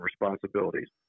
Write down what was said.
responsibilities